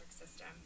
system